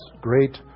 great